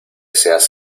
seas